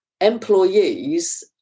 employees